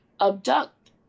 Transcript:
abduct